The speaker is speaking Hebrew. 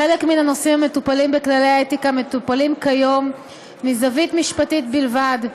חלק מן הנושאים המטופלים בכללי האתיקה מטופלים כיום מזווית משפטית בלבד,